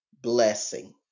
blessing